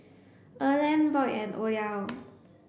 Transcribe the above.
Erland Boyd and Odell